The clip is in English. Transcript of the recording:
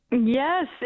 Yes